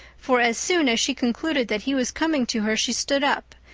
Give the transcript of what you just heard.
for as soon as she concluded that he was coming to her she stood up,